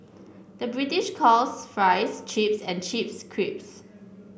the British calls fries chips and chips creeps